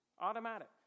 Automatic